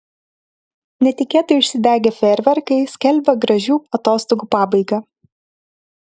netikėtai užsidegę fejerverkai skelbia gražių atostogų pabaigą